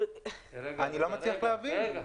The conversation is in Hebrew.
אני לא מצליח להבין.